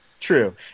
True